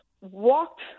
walked